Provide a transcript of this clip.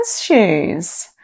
shoes